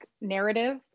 narrative